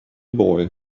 boy